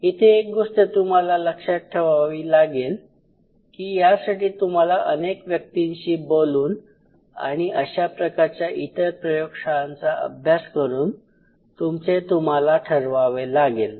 इथे एक गोष्ट तुम्हाला लक्षात ठेवावी लागेल की यासाठी तुम्हाला अनेक व्यक्तींशी बोलून आणि अशा प्रकारच्या इतर प्रयोगशाळांचा अभ्यास करून तुमचे तुम्हाला ठरवावे लागेल